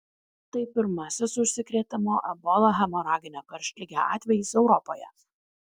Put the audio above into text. tai pirmasis užsikrėtimo ebola hemoragine karštlige atvejis europoje